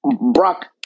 Brock